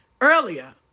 earlier